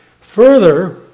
Further